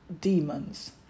demons